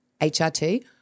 HRT